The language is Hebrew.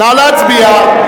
נא להצביע.